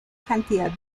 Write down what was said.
cantidad